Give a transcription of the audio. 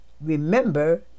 remember